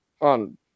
on